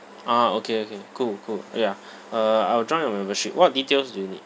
ah okay okay cool cool ya uh I will join your membership what details do you need